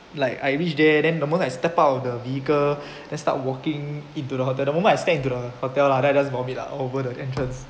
like I reached there then the moment I step out of the vehicle then start walking into the hotel the moment I step into the hotel la then I just vomit lah all over the entrance